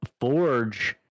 forge